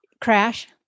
crash